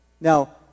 Now